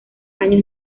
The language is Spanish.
años